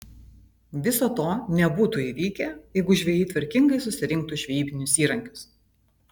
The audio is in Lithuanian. viso to nebūtų įvykę jeigu žvejai tvarkingai susirinktų žvejybinius įrankius